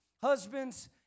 husbands